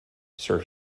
sir